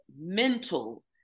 mental